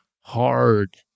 hard